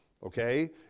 Okay